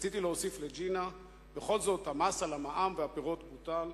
רציתי להוסיף לג'ינה: המע"מ על הפירות והירקות בוטל,